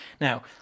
Now